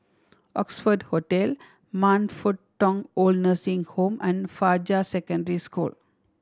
Oxford Hotel Man Fut Tong OId Nursing Home and Fajar Secondary School